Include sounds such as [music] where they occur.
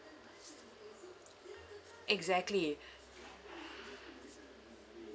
[noise] exactly